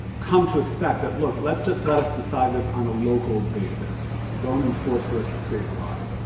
come to expect, that look, let's just let us decide this on a local basis, don't enforce this statewide